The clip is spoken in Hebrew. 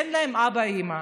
אין להם אבא ואימא.